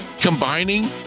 combining